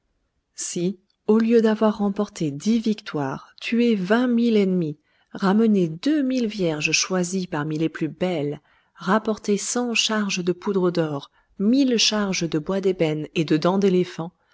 si au lieu d'avoir remporté dix victoires tué vingt mille ennemis ramené deux mille vierges choisies parmi les plus belles rapporté cent charges de poudre d'or mille charges de bois d'ébène et de dents d'éléphant